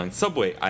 subway